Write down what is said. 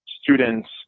students